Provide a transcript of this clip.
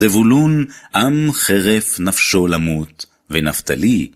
זבולון, עם חירף נפשו למות, ונפתלי.